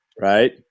Right